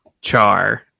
char